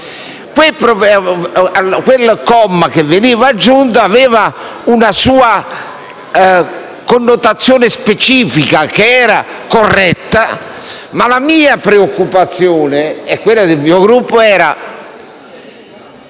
Il comma che veniva aggiunto aveva una sua connotazione specifica che era corretta, ma la mia preoccupazione e quella del mio Gruppo era